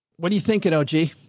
what do you think in o g.